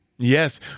Yes